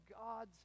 god's